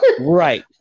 Right